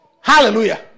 Hallelujah